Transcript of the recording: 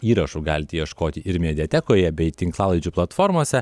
įrašų galite ieškoti ir mediatekoje bei tinklalaidžių platformose